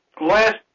last